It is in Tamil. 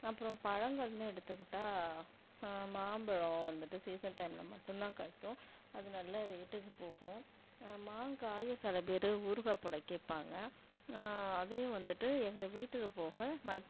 அப்புறம் பழங்கள்ன்னு எடுத்துக்கிட்டால் மாம்பழம் வந்துட்டு சீசன் டைம்ல மட்டும் தான் காய்க்கும் அது நல்ல ரேட்டுக்கு போகும் மாங்காயை சிலப்பேரு ஊறுகாய் போட கேட்பாங்க அதையும் வந்துவிட்டு எங்கள் வீட்டுக்கு போக மத்